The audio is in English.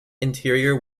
interior